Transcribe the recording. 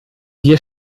wir